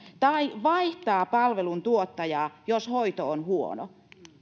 tai vaihtaa palveluntuottajaa jos hoito on huono